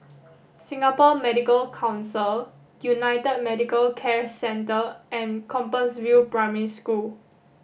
Singapore Medical Council United Medicare Centre and Compassvale Primary School